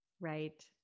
Right